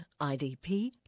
IDP